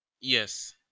Yes